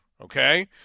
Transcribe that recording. okay